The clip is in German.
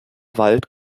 wald